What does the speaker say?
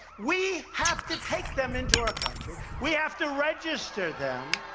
we have to take them into our country. we have to register them.